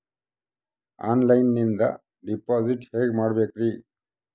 ಆನ್ಲೈನಿಂದ ಡಿಪಾಸಿಟ್ ಹೇಗೆ ಮಾಡಬೇಕ್ರಿ?